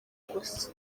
gusa